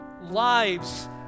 lives